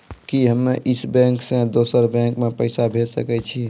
कि हम्मे इस बैंक सें दोसर बैंक मे पैसा भेज सकै छी?